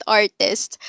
artist